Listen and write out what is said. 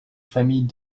familles